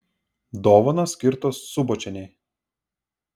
dovanos skirtos subočienei